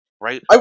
right